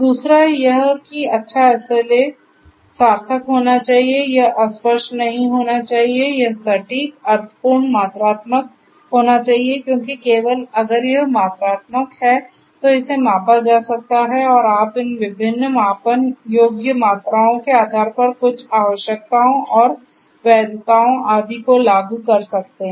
दूसरा यह है कि अच्छा SLAs सार्थक होना चाहिए यह अस्पष्ट नहीं होना चाहिए यह सटीक अर्थपूर्ण मात्रात्मक होना चाहिए क्योंकि केवल अगर यह मात्रात्मक है तो इसे मापा जा सकता है और आप इन विभिन्न मापन योग्य मात्राओं के आधार पर कुछ आवश्यकताओं और वैधताओं आदि को लागू कर सकते हैं